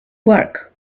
work